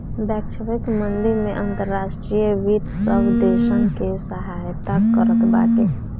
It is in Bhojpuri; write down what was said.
वैश्विक मंदी में अंतर्राष्ट्रीय वित्त सब देसन के सहायता करत बाटे